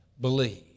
believe